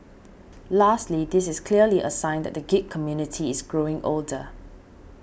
lastly this is clearly a sign that the geek community is growing older